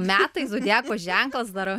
metai zodiako ženklas dar